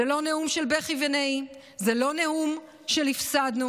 זה לא נאום של בכי ונהי, זה לא נאום של "הפסדנו".